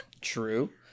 True